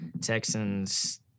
Texans